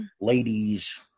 ladies